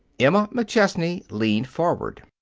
emma mcchesney leaned forward.